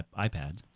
iPads